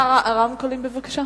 בבקשה.